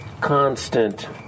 constant